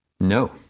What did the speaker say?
No